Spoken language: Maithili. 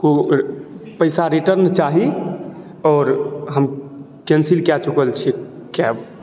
ओ पैसा रिटर्न चाही आओर हम कैंसिल कए चुकल छिऐ कैब